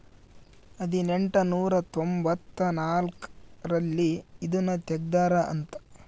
ಹದಿನೆಂಟನೂರ ತೊಂಭತ್ತ ನಾಲ್ಕ್ ರಲ್ಲಿ ಇದುನ ತೆಗ್ದಾರ ಅಂತ